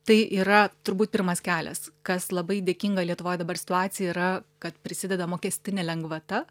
tai yra turbūt pirmas kelias kas labai dėkinga lietuvoj dabar situacija yra kad prisideda mokestinė lengvata